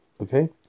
Okay